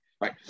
right